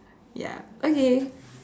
ya okay